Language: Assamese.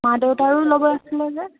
মা দেউতাৰো ল'ব আছিলে যে